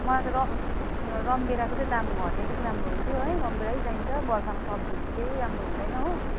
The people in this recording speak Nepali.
मलाई त र रामभेँडाको चाहिँ दाम घटे अलिक राम्रो हुन्थ्यो है रामभेँडै चाहिन्छ बर्खामा सब्जीहरू कही राम्रो हुँदैन हो